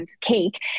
cake